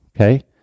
okay